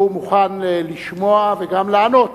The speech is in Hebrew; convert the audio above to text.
והוא מוכן לשמוע וגם לענות